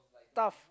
tough